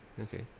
Okay